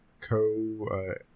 Co